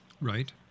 Right